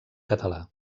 català